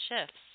shifts